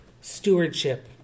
stewardship